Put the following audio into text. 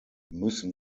müssen